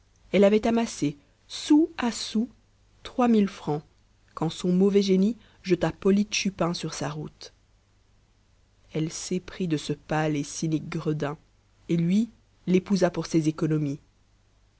elle avait amassé sou à sou trois mille francs quand son mauvais génie jeta polyte chupin sur sa route elle s'éprit de ce pâle et cynique gredin et lui l'épousa pour ses économies